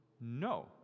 No